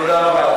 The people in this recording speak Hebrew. נו, באמת.